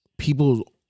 People